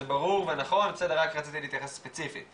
זה ברור ונכון, בסדר, רק רציתי להתייחס ספציפית.